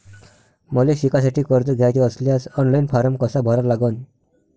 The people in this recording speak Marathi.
मले शिकासाठी कर्ज घ्याचे असल्यास ऑनलाईन फारम कसा भरा लागन?